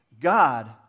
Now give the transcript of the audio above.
God